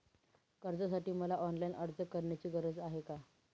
कर्जासाठी मला ऑनलाईन अर्ज करण्याची गरज आहे का?